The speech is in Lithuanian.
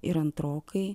ir antrokai